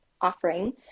offering